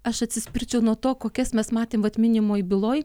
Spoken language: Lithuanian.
aš atsispirčiau nuo to kokias mes matėm vat minimoj byloj